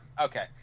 Okay